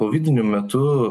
kovidiniu metu